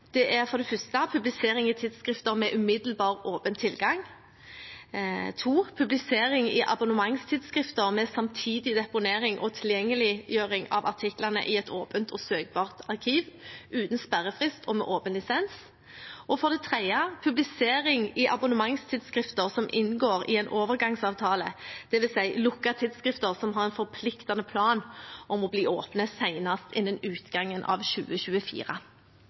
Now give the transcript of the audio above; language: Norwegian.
Det er for det første publisering i tidsskrifter med umiddelbar åpen tilgang. Det er for det andre publisering i abonnementstidsskrifter, med samtidig deponering og tilgjengeliggjøring av artiklene i et åpent og søkbart arkiv, uten sperrefrist og med åpen lisens. Det er for det tredje publisering i abonnementstidsskrifter som inngår i en overgangsavtale, dvs. lukkede tidsskrifter som har en forpliktende plan om å bli åpne senest innen utgangen av 2024.